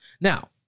Now